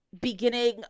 beginning